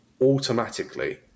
automatically